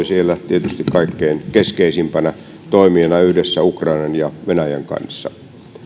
siellä tietysti kaikkein keskeisimpänä toimijana yhdessä ukrainan ja venäjän kanssa